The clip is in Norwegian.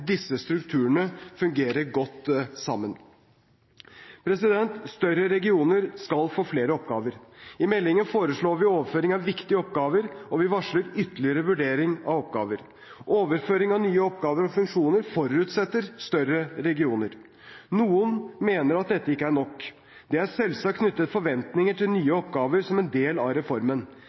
disse strukturene fungerer godt sammen. Større regioner skal få flere oppgaver. I meldingen foreslår vi overføring av viktige oppgaver, og vi varsler ytterligere vurdering av oppgaver. Overføring av nye oppgaver og funksjoner forutsetter større regioner. Noen mener at dette ikke er nok. Det er selvsagt knyttet forventninger til nye oppgaver som en del av reformen.